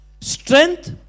strength